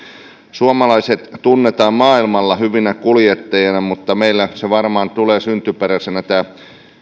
suomalaiset tunnetaan maailmalla hyvinä kuljettajina mutta meillä varmaan tulee syntyperäisenä tämä